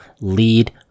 lead